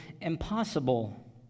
impossible